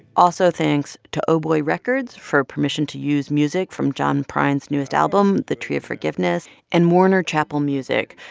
also, thanks to oh boy records for permission to use music from john prine's newest album the tree of forgiveness and warner chappell music.